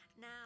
Now